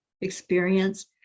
experience